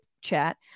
chat